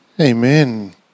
Amen